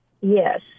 Yes